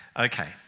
Okay